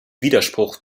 widerspruch